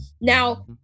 now